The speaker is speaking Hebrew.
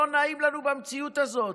לא נעים לנו במציאות הזאת,